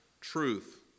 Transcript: truth